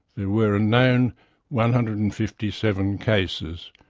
there were a known one hundred and fifty seven cases,